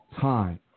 time